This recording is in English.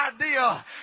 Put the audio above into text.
idea